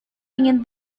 ingin